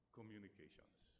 Communications